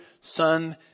son